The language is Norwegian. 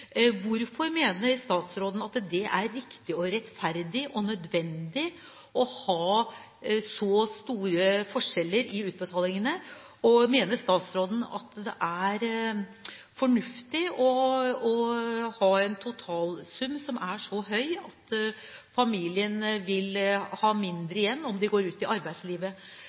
Hvorfor mener statsråden at det er riktig og rettferdig og nødvendig å ha så store forskjeller i utbetalingene? Mener statsråden at det er fornuftig å ha en totalsum som er så høy at familien vil ha mindre igjen om de går ut i arbeidslivet?